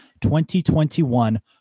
2021